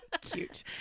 Cute